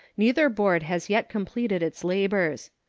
neither board has yet completed its labors.